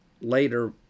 later